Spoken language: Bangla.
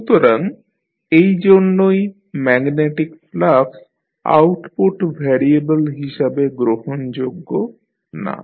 সুতরাং এই জন্যই ম্যাগনেটিক ফ্লাক্স আউটপুট ভ্যারিয়েবেল হিসাবে গ্রহণযোগ্য না